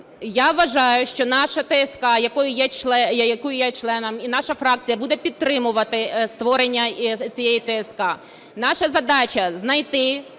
Я вважаю, що наша ТСК, якої я є членом, і наша фракція буде підтримувати створення цієї ТСК. Наша задача – знайти